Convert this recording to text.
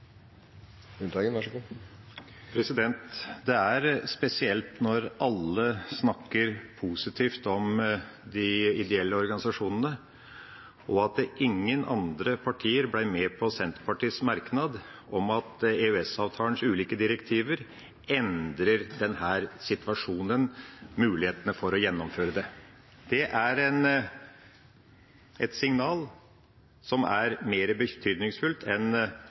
ideelle organisasjonene, og at ingen andre partier ble med på Senterpartiets merknad om at EØS-avtalens ulike direktiver endrer denne situasjonen – mulighetene for å gjennomføre det. Det er et signal som er mer bekymringsfullt enn